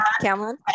Cameron